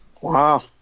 Wow